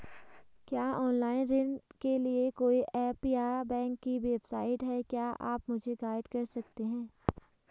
क्या ऑनलाइन ऋण के लिए कोई ऐप या बैंक की वेबसाइट है क्या आप मुझे गाइड कर सकते हैं?